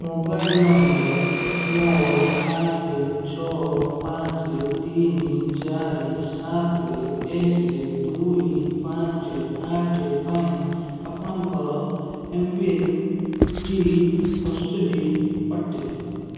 mobile number ନଅ ଆଠ ଛଅ ପାଞ୍ଚ ତିନି ଚାରି ସାତ ଏକ ଦୁଇ ପାଞ୍ଚ ଆଠ ପାଇଁ ଆପଣଙ୍କର ଏମ୍ପିନ୍ଟି ଅସିଦ୍ଧ ଅଟେ